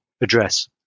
address